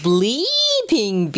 Bleeping